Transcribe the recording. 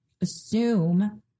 assume